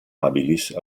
habilis